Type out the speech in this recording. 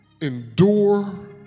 endure